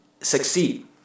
succeed